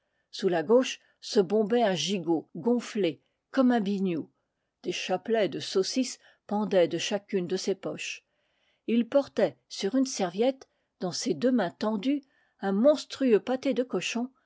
sous la gauche se bombait un gigot gonflé comme un biniou des chapelets de saucisses pendaient de chacune de ses poches et il portait sur une serviette dans ses deux mains tendues un monstrueux pâté de cochon